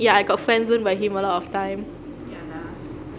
ya I got friendzone by him a lot of time